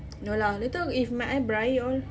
no lah later if my eye berair all